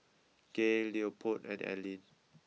Gaye Leopold and Aleen